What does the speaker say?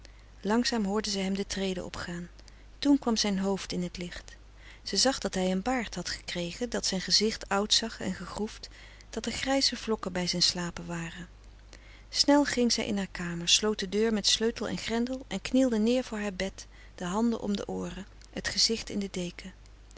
langzaam hoorde zij hem de treden opgaan toen kwam zijn hoofd in t licht ze zag dat hij een baard had gekregen dat zijn gezicht oud zag en gegroefd dat er grijze vlokken bij zijn slapen waren snel ging zij in haar kamer sloot de deur met sleutel en grendel en knielde neer voor haar bed de handen om de ooren frederik van eeden van de koele meren des doods t gezicht in de deken